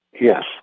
Yes